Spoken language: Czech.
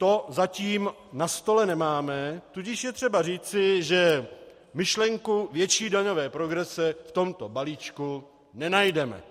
To zatím na stole nemáme, tudíž je třeba říci, že myšlenku větší daňové progrese v tomto balíčku nenajdeme.